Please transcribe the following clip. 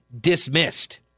dismissed